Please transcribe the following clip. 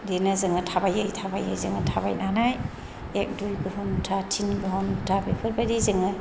बिदिनो जोङो थाबायै थाबायै जोङो थाबायनानै एक दुइ घन्टा टिन घन्टा बेफोरबायदि जोङो